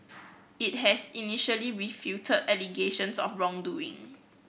it had initially refuted allegations of wrongdoing